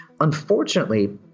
Unfortunately